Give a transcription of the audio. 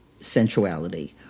sensuality